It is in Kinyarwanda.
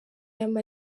yombi